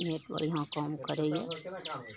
net बढ़िआँ काम करैए